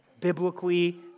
biblically